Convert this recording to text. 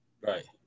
right